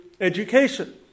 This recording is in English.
education